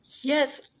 Yes